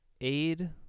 aid